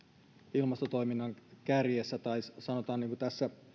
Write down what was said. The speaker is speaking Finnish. ilmastotoiminnan kärjessä tai sanotaan niin kuin tässä